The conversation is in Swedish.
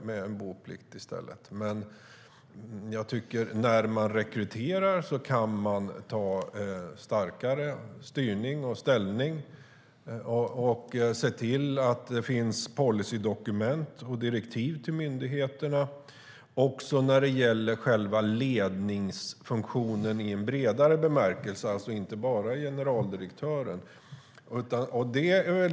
När man rekryterar tycker jag att man ska ha en starkare styrning och ställning och se till att det finns policydokument och direktiv till myndigheterna också när det gäller själva ledningsfunktionen i en vidare bemärkelse, alltså inte bara för generaldirektörer.